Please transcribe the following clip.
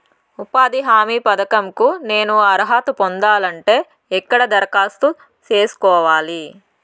ఉపాధి హామీ పథకం కు నేను అర్హత పొందాలంటే ఎక్కడ దరఖాస్తు సేసుకోవాలి?